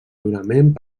durament